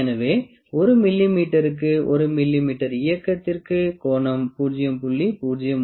எனவே 1 மிமீ க்கு 1 மிமீ இயக்கத்திற்கு கோணம் 0